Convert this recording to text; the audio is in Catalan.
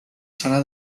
serà